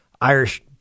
Irish